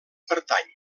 pertany